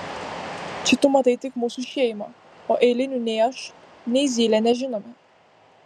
čia tu matai tik mūsų šeimą o eilinių nei aš nei zylė nežinome